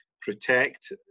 protect